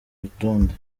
rutonde